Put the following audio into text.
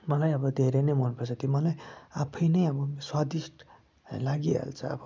मलाई अब धेरै नै मन पर्छ त्यो मलाई आफै नै अब स्वदिष्ट लागिहाल्छ अब